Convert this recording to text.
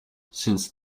since